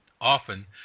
often